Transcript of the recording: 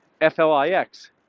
F-L-I-X